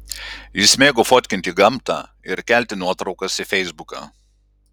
jis mėgo fotkinti gamtą ir kelti nuotraukas į feisbuką